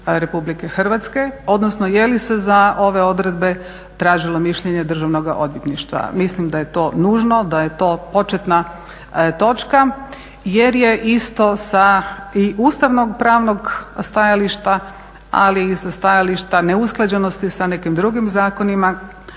Republike Hrvatske odnosno je li se za ove odredbe tražilo mišljenje Državnoga odvjetništva. Mislim da je to početna točka jer je isto sa i ustavno-pravnog stajališta, ali i sa stajališta neusklađenosti sa nekim drugim zakonima,